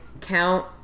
count